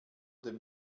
dem